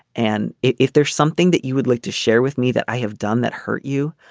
and if there's something that you would like to share with me that i have done that hurt you.